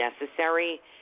necessary